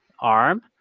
arm